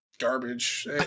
Garbage